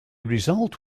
result